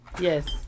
Yes